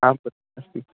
आम् अस्मि